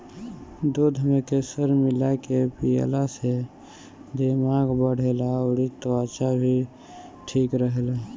दूध में केसर मिला के पियला से दिमाग बढ़ेला अउरी त्वचा भी ठीक रहेला